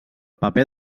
paper